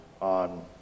on